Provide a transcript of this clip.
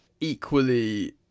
equally